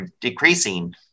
decreasing